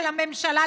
של הממשלה,